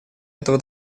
этого